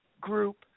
group